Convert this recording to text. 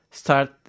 start